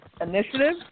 Initiative